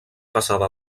passada